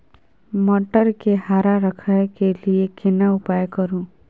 मटर के हरा रखय के लिए केना उपाय करू?